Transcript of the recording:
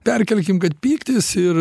perkelkim kad pyktis ir